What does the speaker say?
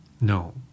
No